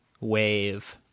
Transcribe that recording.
wave